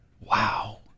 Wow